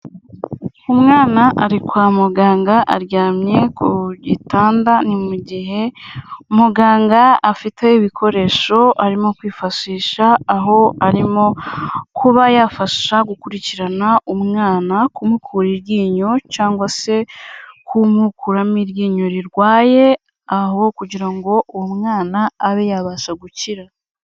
Umwana ari kwa muganga, aryamye ku gitanda, ni mu gihe muganga afiteho ibikoresho arimo kwifashisha, aho arimo kuba yafasha gukurikirana umwana, kumukura iryinyo, cyangwa se kumukuramo iryinyo rirwaye, aho kugira ngo uwo mwana, abe yabasha gukira.